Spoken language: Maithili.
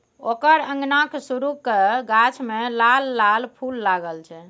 ओकर अंगनाक सुरू क गाछ मे लाल लाल फूल लागल छै